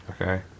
Okay